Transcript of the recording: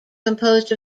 composed